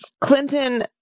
Clinton